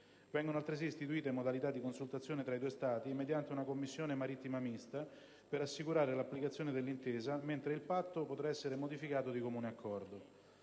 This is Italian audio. Vengono altresì istituite modalità di consultazione tra i due Stati, mediante una commissione marittima mista, per assicurare l'applicazione dell'intesa, mentre il patto potrà essere modificato di comune accordo.